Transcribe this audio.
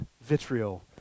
Vitriol